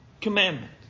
commandment